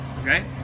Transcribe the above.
okay